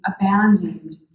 abandoned